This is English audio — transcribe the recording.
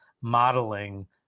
modeling